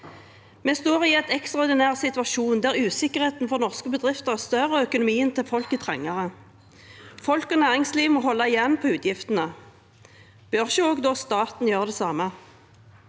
Vi står i en ekstraordinær situasjon der usikkerheten for norske bedrifter er større, og der økonomien til folk er trangere. Folk og næringsliv må holde igjen på utgiftene. Bør ikke da også staten gjøre det samme?